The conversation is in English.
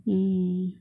mm